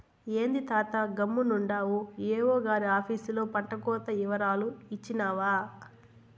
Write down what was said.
ఏంది తాతా గమ్మునుండావు ఏవో గారి ఆపీసులో పంటకోత ఇవరాలు ఇచ్చినావా